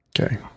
Okay